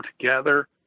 together